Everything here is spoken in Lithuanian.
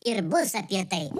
ir bus apie tai